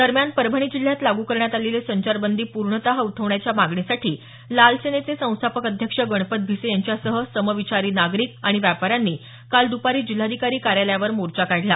दरम्यान परभणी जिल्ह्यात लागू करण्यात आलेली संचारबंदी पूर्णतः उठवण्याच्या मागणीसाठी लाल सेनेचे संस्थापक अध्यक्ष गणपत भिसे यांच्यासह समविचारी नागरिक आणि व्यापाऱ्यांनी काल दुपारी जिल्हाधिकारी कार्यालयावर मोर्चा काढला